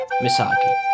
Misaki